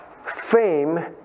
Fame